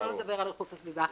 שלא לדבר על איכות הסביבה.